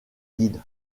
guide